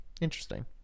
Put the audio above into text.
Interesting